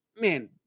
man